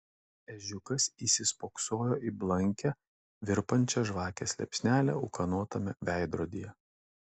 ežiukas įsispoksojo į blankią virpančią žvakės liepsnelę ūkanotame veidrodyje